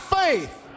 faith